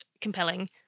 compelling